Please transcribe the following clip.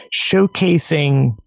showcasing